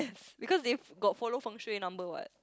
because they got follow fengshui number [what]